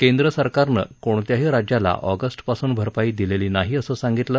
केंद्र सरकारनं कोणत्याही राज्याला ऑगस्ट पासून भरपाई दिलेली नाही असं त्यांनी सांगितलं